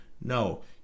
No